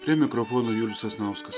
prie mikrofono julius sasnauskas